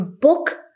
book